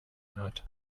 hat